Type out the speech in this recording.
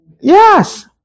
Yes